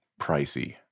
pricey